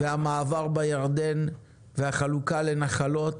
המעבר בירדן והחלוקה לנחלות.